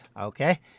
Okay